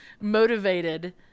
motivated